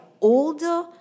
older